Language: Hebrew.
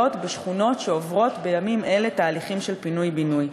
בשכונות שעוברות בימים אלה תהליכים של פינוי-בינוי,